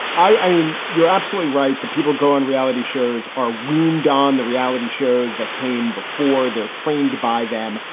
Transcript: i mean, you're absolutely right. the people go on reality shows are weaned on the reality shows that came before. they're trained by them.